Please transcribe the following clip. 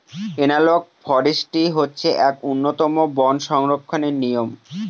analogue forestry হচ্ছে এক উন্নতম বন সংরক্ষণের নিয়ম